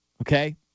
okay